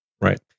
right